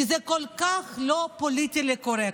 כי זה כל כך לא פוליטיקלי קורקט.